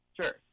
Sure